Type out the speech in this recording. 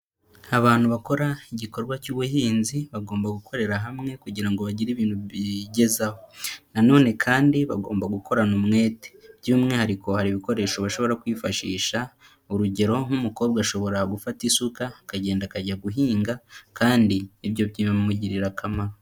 Abantu bakora igikorwa cy'ubuhinzi bagomba gukorera hamwe kugira bagire ibintu bigezaho . Na none kandi bagomba gukorana umwete by'umwihariko hari ibikoresho bashobora kwifashisha, urugero nk'umukobwa ashobora gufata isuka akagenda akajya guhinga kandi ibyo bimugirira akamaro.